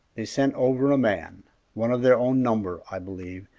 they sent over a man one of their own number, i believe,